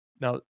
Now